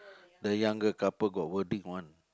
the younger couple got wording one